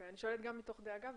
אני שואלת גם מתוך דאגה,